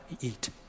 eat